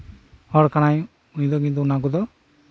ᱦᱚᱲ ᱠᱟᱱᱟᱭ ᱩᱱᱤ ᱫᱚ ᱠᱤᱱᱛᱩ ᱚᱱᱟ ᱠᱚᱫᱚ